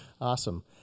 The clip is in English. awesome